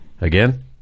Again